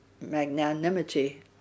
magnanimity